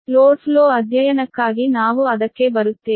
load flow ಅಧ್ಯಯನಕ್ಕಾಗಿ ನಾವು ಅದಕ್ಕೆ ಬರುತ್ತೇವೆ